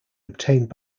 obtained